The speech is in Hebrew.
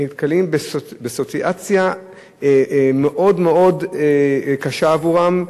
נתקלים בסיטואציה מאוד מאוד קשה עבורם,